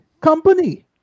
company